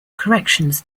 corrections